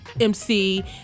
mc